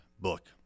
book